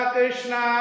Krishna